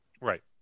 Right